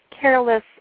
careless